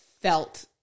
felt